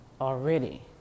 already